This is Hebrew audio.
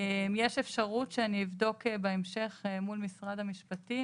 יש אפשרות שאני אבדוק בהמשך מול משרד המשפטים,